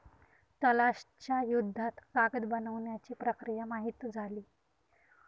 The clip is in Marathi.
तलाश च्या युद्धात कागद बनवण्याची प्रक्रिया माहित झाली